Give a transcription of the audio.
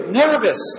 nervous